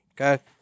okay